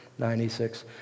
96